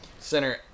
Center